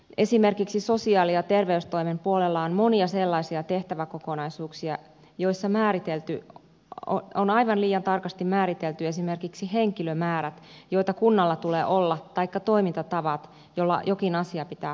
esimerkiksi sosiaali ja terveystoimen puolella on monia sellaisia tehtäväkokonaisuuksia joissa on aivan liian tarkasti määritelty esimerkiksi henkilömäärät joita kunnalla tulee olla taikka toimintatavat joilla jokin asia pitää hoitaa